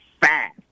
fast